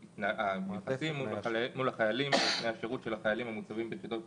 --- השירות של חיילים שמוצבים מחוץ